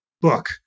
book